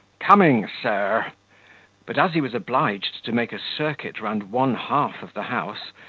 coming, sir but as he was obliged to make a circuit round one-half of the house,